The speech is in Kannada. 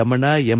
ರಮಣ ಎಂ